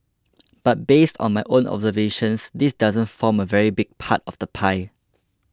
but based on my own observations this doesn't form a very big part of the pie